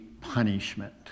punishment